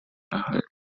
erhalten